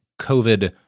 COVID